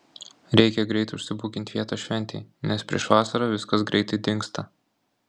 reikia greit užsibukint vietą šventei nes prieš vasarą viskas greitai dingsta